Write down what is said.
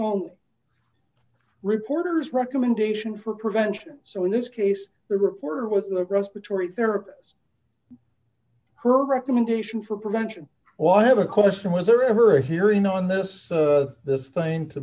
all reporters recommendation for prevention so in this case the reporter with the respiratory therapist her recommendation for prevention ought to have a question was there ever a hearing on this the thing to